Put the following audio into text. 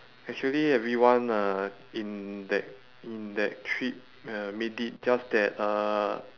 actually everyone uh in that in that trip uh made it just that uh